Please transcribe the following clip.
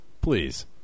Please